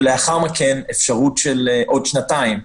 ולאחר מכן אפשרות של עוד שנתיים.